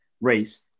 race